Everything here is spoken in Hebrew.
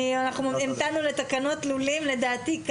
אנחנו המתנו לתקנות לולים לדעתי,